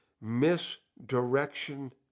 Misdirection